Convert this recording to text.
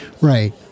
Right